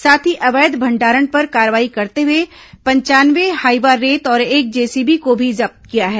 साथ ही अवैध भंडारण पर कार्रवाई करते हुए पंचानवे हाईवा रेत और एक जेसीबी को भी जब्त किया है